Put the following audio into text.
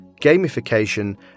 gamification